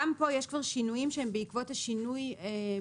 גם פה יש כבר שינויים שהם בעקבות השינוי במקום